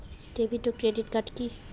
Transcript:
David ও credit card কি?